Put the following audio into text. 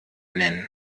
nennen